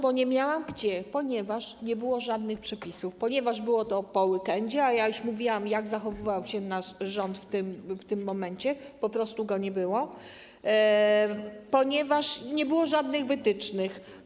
Bo nie miałam gdzie, ponieważ nie było żadnych przepisów, ponieważ było to po weekendzie, a ja już mówiłam, jak zachowywał się nasz rząd w tym momencie - po prostu go nie było - ponieważ nie było żadnych wytycznych.